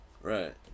Right